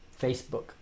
Facebook